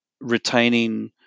retaining